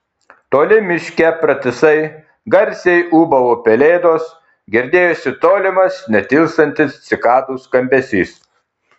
toli miške pratisai garsiai ūbavo pelėdos girdėjosi tolimas netilstantis cikadų skambesys